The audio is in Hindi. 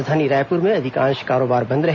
राजधानी रायपुर में अधिकांश कारोबार बंद रहे